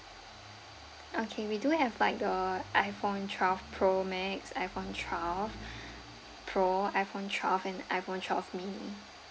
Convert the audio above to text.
okay we do have like the iPhone twelve pro max iPhone twelve pro iPhone twelve and iPohone twelve mini